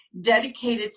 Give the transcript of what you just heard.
dedicated